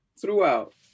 throughout